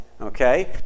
okay